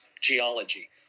geology